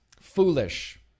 Foolish